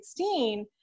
2016